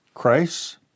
Christ